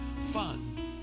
fun